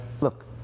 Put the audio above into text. look